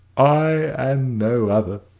i, and no other,